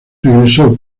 regreso